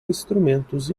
instrumentos